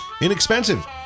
inexpensive